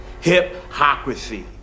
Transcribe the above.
Hypocrisy